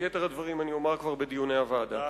את יתר הדברים אני כבר אומר בדיוני הוועדה.